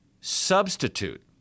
substitute